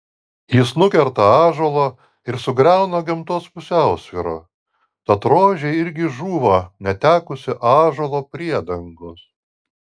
jis nukerta ąžuolą ir sugriauna gamtos pusiausvyrą tad rožė irgi žūva netekusi ąžuolo priedangos